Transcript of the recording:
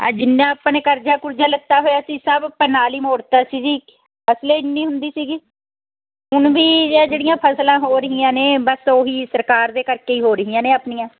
ਆਹ ਜਿੰਨਾ ਆਪਾਂ ਨੇ ਕਰਜ਼ਾ ਕੁਰਜਾ ਲਿੱਤਾ ਹੋਇਆ ਸੀ ਸਭ ਆਪਾਂ ਨਾਲ ਈ ਮੋੜਤਾ ਸੀ ਜੀ ਫਸਲ ਏ ਇੰਨੀ ਹੁੰਦੀ ਸੀਗੀ ਹੁਣ ਵੀ ਜਿਹੜੀਆਂ ਫਸਲਾਂ ਹੋ ਰਹੀਆਂ ਨੇ ਬਸ ਉਹੀ ਸਰਕਾਰ ਦੇ ਕਰਕੇ ਹੀ ਹੋ ਰਹੀਆਂ ਨੇ ਆਪਣੀਆਂ